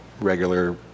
regular